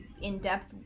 in-depth